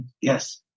Yes